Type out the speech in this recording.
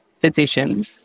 physician